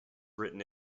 written